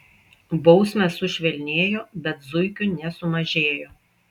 bausmės sušvelnėjo bet zuikių nesumažėjo